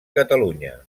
catalunya